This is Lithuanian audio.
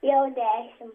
jau dešim